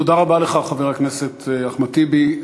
תודה רבה לך, חבר הכנסת אחמד טיבי.